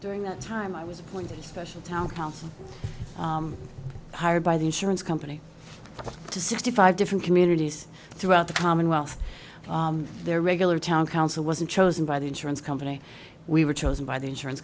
during that time i was appointed a special town council hired by the insurance company to sixty five different communities throughout the commonwealth their regular town council wasn't chosen by the insurance company we were chosen by the insurance